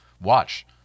watch